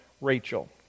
Rachel